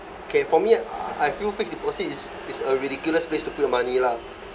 okay for me I feel fixed deposit is is a ridiculous place to put your money lah